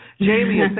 Jamie